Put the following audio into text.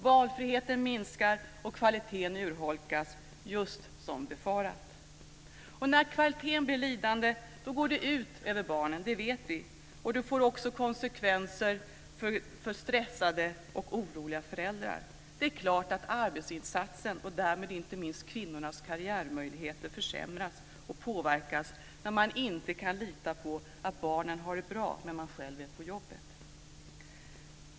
Valfriheten minskar och kvaliteten urholkas - just som befarat. När kvalitet blir lidande går det ut över barnen, och det vet vi. Det får också konsekvenser för stressade och oroliga föräldrar. Det är klart att arbetsinsatsen, och därmed inte minst kvinnors karriärmöjligheter, försämras och påverkas när man inte kan lita på att barnen har det bra medan man själv är på jobbet.